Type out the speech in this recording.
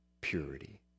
purity